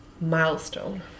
milestone